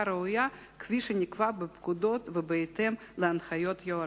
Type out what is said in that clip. ראויה כפי שנקבע בפקודות ובהתאם להנחיות יוהל"ן.